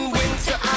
winter